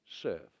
serve